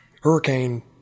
hurricane